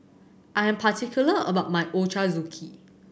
I am particular about my Ochazuke